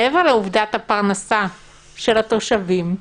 מעבר לעובדת הפרנסה של התושבים,